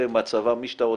מהצבא מי שאתה רוצה,